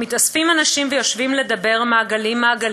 מתאספים אנשים ויושבים לדבר מעגלים-מעגלים,